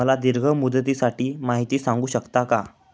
मला दीर्घ मुदतीसाठी माहिती सांगू शकता का?